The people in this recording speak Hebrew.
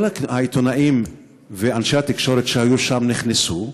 כל העיתונאים ואנשי התקשורת שהיו שם נכנסו,